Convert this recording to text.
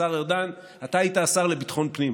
השר ארדן, אתה היית השר לביטחון פנים.